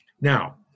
Now